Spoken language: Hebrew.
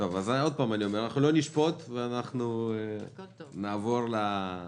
אז עוד פעם אני אומר אנחנו לא נשפוט ונעבור למשימה.